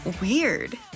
Weird